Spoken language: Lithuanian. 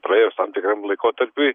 praėjus tam tikram laikotarpiui